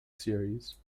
series